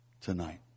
tonight